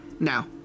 Now